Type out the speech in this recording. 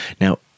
Now